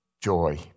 joy